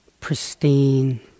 pristine